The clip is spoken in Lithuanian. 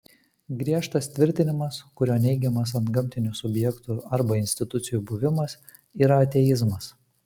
griežtas tvirtinimas kuriuo neigiamas antgamtinių subjektų arba institucijų buvimas yra ateizmas